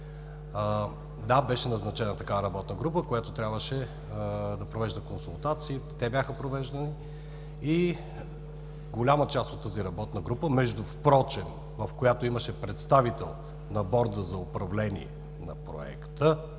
Да, беше назначена такава работна група, която трябваше да провежда консултации, те бяха провеждани, и голяма част от тази работна група между впрочем, в която имаше представител на Борда за управление на проекта